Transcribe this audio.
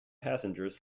passengers